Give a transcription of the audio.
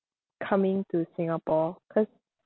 coming to singapore cause